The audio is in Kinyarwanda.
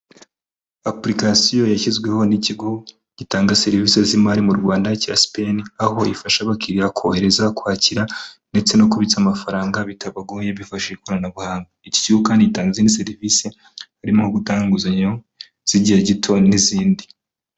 Apuliksiyo yashyizweho n'ikigo gitanga serivisi z'imari mu Rwanda cya sipeni, aho ifasha abakiriya kohereza, kwakira ndetse no kubitsa amafaranga bitabagoye, bifashisha ikoranabuhanga, iki kigo kandi gitanga izindi serivisi harimo gutanga inguzanyo z'igihe gito n'izindi.